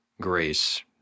grace